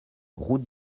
route